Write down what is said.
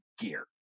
gear